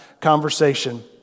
conversation